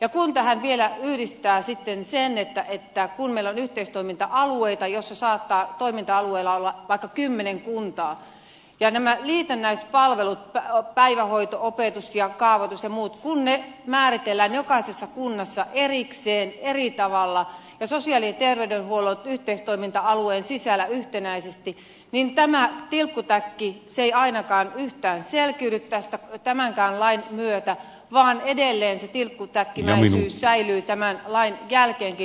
kun tähän vielä yhdistää sen että meillä on yhteistoiminta alueita joilla saattaa olla vaikka kymmenen kuntaa ja nämä liitännäispalvelut päivähoito opetus kaavoitus ja muut määritellään jokaisessa kunnassa erikseen eri tavalla ja sosiaali ja terveydenhuollon yhteistoiminta alueen sisällä yhtenäisesti niin tämä tilkkutäkki ei ainakaan yhtään selkiydy tämänkään lain myötä vaan edelleen se tilkkutäkkimäisyys säilyy tämän lain jälkeenkin